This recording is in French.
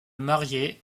marié